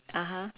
(uh huh)